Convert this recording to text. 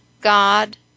God